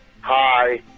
Hi